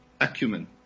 acumen